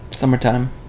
summertime